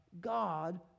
God